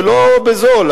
ולא בזול.